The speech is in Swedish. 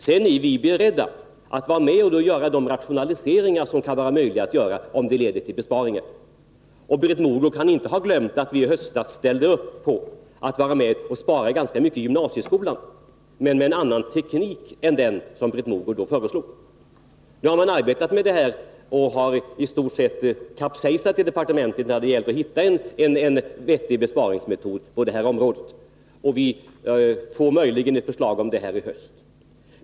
Vi är beredda att genomföra de rationaliseringar som det är möjligt att göra, om de leder till besparingar. Britt Mogård kan inte ha glömt att vi i höstas ställde upp på att vara med om att spara ganska mycket i gymnasieskolan men med en annan teknik än den som Britt Mogård då föreslog. Nu har man arbetat med detta och har i stort sett kapsejsat i departementet när det gäller att hitta en vettig besparingsmetod på detta område. Vi får möjligen ett förslag om detta i höst.